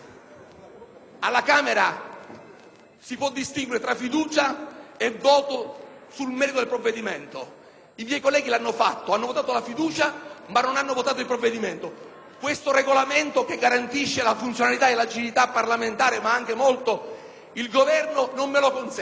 alla Camera si può distinguere tra fiducia e voto sul merito del provvedimento. I miei colleghi l'hanno fatto: hanno votato la fiducia, ma non hanno votato il provvedimento. Questo Regolamento, che garantisce la funzionalità e l'agilità parlamentare ma garantisce anche molto il Governo, non me lo consente.